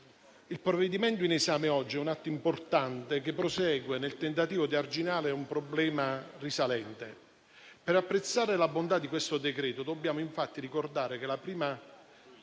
il provvedimento in esame oggi è un atto importante, che prosegue nel tentativo di arginare un problema risalente. Per apprezzare la bontà di questo decreto dobbiamo ricordare che la prima